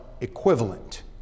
equivalent